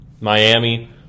Miami